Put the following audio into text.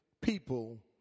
people